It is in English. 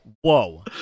Whoa